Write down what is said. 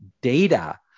data